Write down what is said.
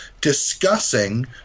discussing